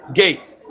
gates